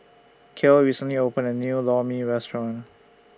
Cale recently opened A New Lor Mee Restaurant